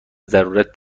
ضرورت